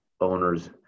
owners